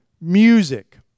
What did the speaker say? music